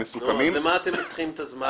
למה אתם צריכים את הזמן?